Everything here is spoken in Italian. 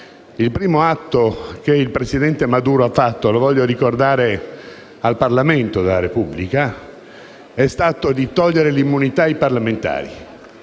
Il primo atto che il presidente Maduro ha adottato - lo voglio ricordare al Parlamento della Repubblica - è stato togliere l'immunità ai parlamentari,